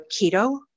keto